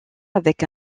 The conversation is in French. avec